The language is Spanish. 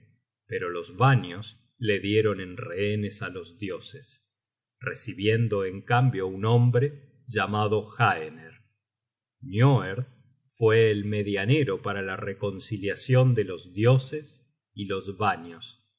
pero los vannios le dieron en rehenes á los dioses recibiendo en cambio un hombre llamado haener nioerd fue el medianero para la reconciliacion de los dioses y los